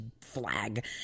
flag